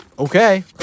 Okay